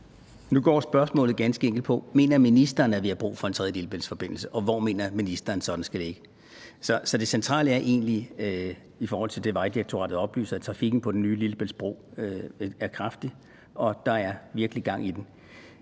Nu går spørgsmålet ganske enkelt på: Mener ministeren, at vi har brug for en tredje Lillebæltsforbindelse, og hvor mener ministeren så den skal ligge? Så det centrale er egentlig i forhold til det, Vejdirektoratet oplyser, at trafikken på den nye Lillebæltsbro er kraftig, og at der virkelig er gang i den.